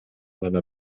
seiner